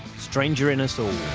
stranger in us all.